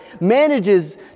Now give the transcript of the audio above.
manages